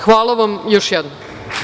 Hvala vam još jednom.